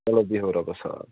چلو بِہو رۅبس حوال